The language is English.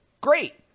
great